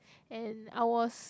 and I was